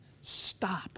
stop